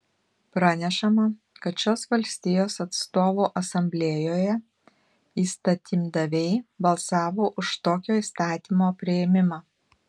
pranešama kad šios valstijos atstovų asamblėjoje įstatymdaviai balsavo už tokio įstatymo priėmimą